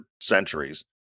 centuries